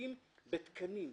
משחקים בתקנים?